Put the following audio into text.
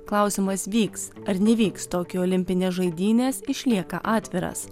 klausimas vyks ar nevyks tokijo olimpinės žaidynės išlieka atviras